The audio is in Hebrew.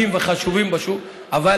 כללי השוק לא עובדים על השוק, וזה פלא.